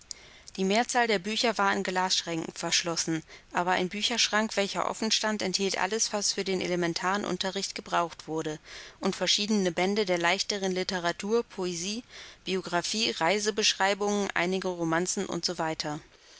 die mehrzahl der bücher war in glasschränken verschlossen aber ein bücherschrank welcher offen stand enthielt alles was für den elementaren unterricht gebraucht wurde und verschiedene bände der leichteren litteratur poesie biographie reisebeschreibungen einige romanzeu u